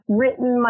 written